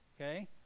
okay